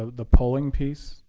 the polling piece